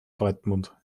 dortmund